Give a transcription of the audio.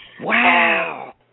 Wow